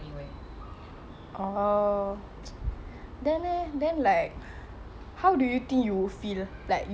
how do you think you feel like you go somewhere work study then cannot meet your family one whole year like that